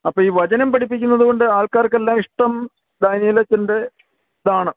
അപ്പം ഈ വചനം പഠിപ്പിക്കുന്നത് കൊണ്ട് ആൾക്കാർക്കെല്ലാം ഇഷ്ടം ഡാനിയേലച്ഛൻ്റെ ഇതാണ്